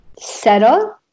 settle